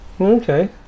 Okay